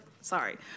sorry